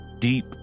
deep